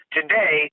Today